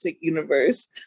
Universe